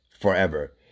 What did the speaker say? forever